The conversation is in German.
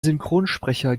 synchronsprecher